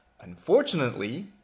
Unfortunately